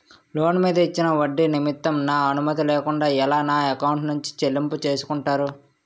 Loan మీద ఇచ్చిన ఒడ్డి నిమిత్తం నా అనుమతి లేకుండా ఎలా నా ఎకౌంట్ నుంచి చెల్లింపు చేసుకుంటారు?